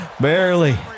Barely